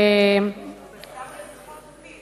בשר לביטחון פנים,